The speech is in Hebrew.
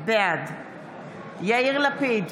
בעד יאיר לפיד,